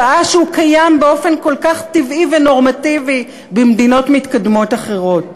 שעה שהוא קיים באופן כל כך טבעי ונורמטיבי במדינות מתקדמות אחרות?